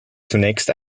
zunächst